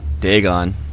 Dagon